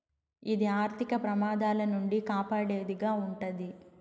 ఇది ఆర్థిక ప్రమాదాల నుండి కాపాడేది గా ఉంటది